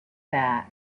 that